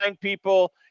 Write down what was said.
people